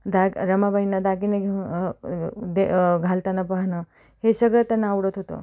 that रमाबाईंना दागिने घेऊन दे घालताना पाहणं हे सगळं त्यांना आवडत होतं